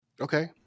Okay